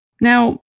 Now